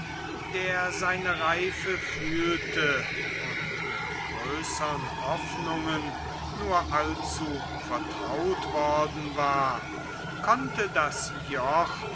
der seine reife fühlte und mit größern hoffnungen nur allzu vertraut worden war konnte das joch